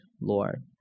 Lord